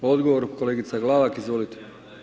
Odgovor kolegica Glavak, izvolite.